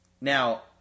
Now